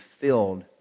filled